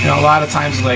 a lot of times, like